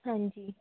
हाँ जी